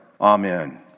Amen